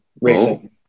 racing